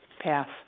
Pass